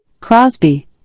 Crosby